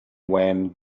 went